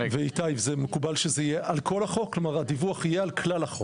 איתי, זה מקובל שהדיווח יהיה על כלל החוק?